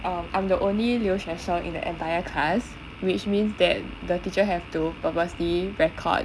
um I'm the only 留学生 in the entire class which means that the teacher have to purposely record